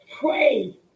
Pray